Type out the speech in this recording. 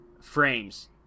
frames